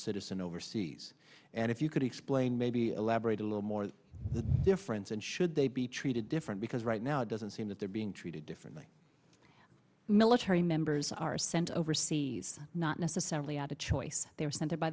citizen overseas and if you could explain maybe elaborate a little more the difference and should they be treated different because right now it doesn't seem that they're being treated differently military members are sent overseas not necessarily at the choice they were sent